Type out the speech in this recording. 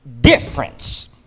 difference